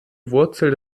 wurzel